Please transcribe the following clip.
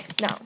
No